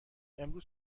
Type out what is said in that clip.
امروز